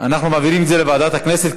אנחנו מעבירים את זה לוועדת הכנסת,